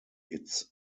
its